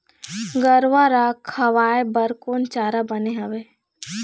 गरवा रा खवाए बर कोन चारा बने हावे?